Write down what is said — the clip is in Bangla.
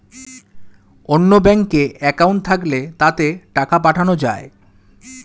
অন্য ব্যাঙ্কে অ্যাকাউন্ট থাকলে তাতে টাকা পাঠানো যায়